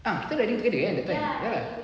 ah kita riding together kan that time right